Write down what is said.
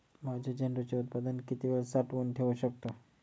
माझे झेंडूचे उत्पादन किती वेळ साठवून ठेवू शकतो?